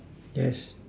yes